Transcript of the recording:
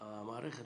המערכת